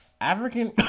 African